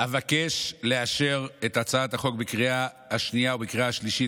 אבקש לאשר את הצעת החוק בקריאה השנייה ובקריאה השלישית.